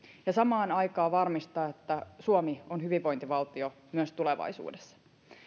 ja samaan aikaan varmistaa että suomi on hyvinvointivaltio myös tulevaisuudessa